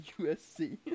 USC